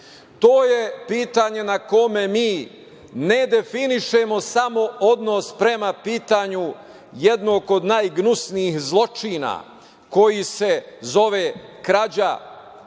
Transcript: To je pitanje na kome mi ne definišemo samo odnos prema pitanju jednog od najgnusnijih zločina koji se zove – krađa